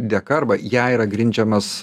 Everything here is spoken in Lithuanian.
dėka arba ja yra grindžiamas